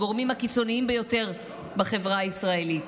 הגורמים הקיצוניים ביותר בחברה הישראלית.